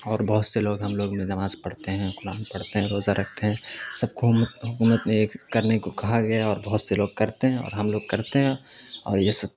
اور بہت سے لوگ ہم لوگ میں نماز پڑھتے ہیں قرآن پڑھتے ہیں روزہ رکھتے ہیں سب حکومت نے کرنے کو کہا گیا اور بہت سے لوگ کرتے ہیں اور ہم لوگ کرتے ہیں اور یہ سب